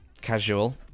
Casual